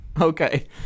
Okay